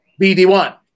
BD1